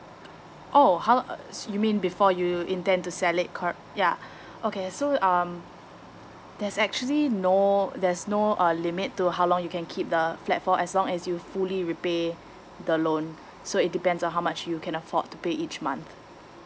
oh how lo~ uh you mean before you intend to sell it corr~ yeah okay so um there's actually no there's no uh limit to how long you can keep the flat for as long as you fully repay the loan so it depends on how much you can afford to pay each month